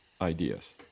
ideas